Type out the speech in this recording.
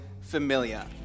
familiar